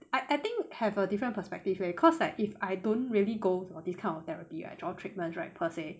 I I think have a different perspective leh cause like if I don't really go for this kind of therapy or treatment right per se